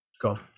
go